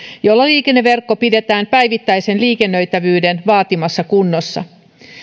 jolla liikenneverkko pidetään päivittäisen liikennöitävyyden vaatimassa kunnossa